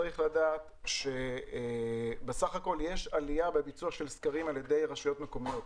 צריך לדעת שבסך הכול יש עלייה בביצוע של סקרים על ידי רשויות מקומיות.